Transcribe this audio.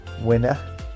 winner